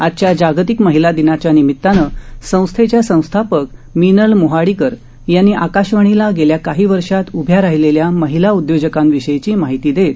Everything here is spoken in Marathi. आजच्या जागतिक महिला दिनाच्या निमितानं संस्थेच्या संस्थापक मीनल मोहाडीकर यांनी आकाशवाणीला गेल्या काही वर्षात उभ्या राहिलेल्या महिला उद्योजकांविषयीची माहिती देत